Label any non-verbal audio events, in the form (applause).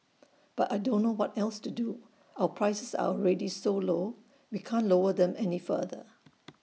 but I don't know what else to do our prices are already so low we can't lower them any further (noise)